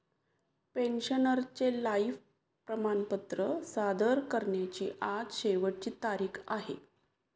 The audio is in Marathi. पेन्शनरचे लाइफ प्रमाणपत्र सादर करण्याची आज शेवटची तारीख आहे